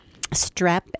strep